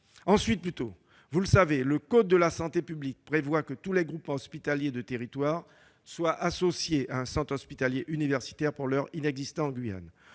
ailleurs, le code de la santé publique prévoit que tous les groupements hospitaliers de territoire soient associés à un centre hospitalier universitaire. Pour l'heure, une